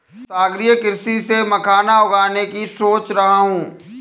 सागरीय कृषि से मखाना उगाने की सोच रहा हूं